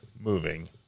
moving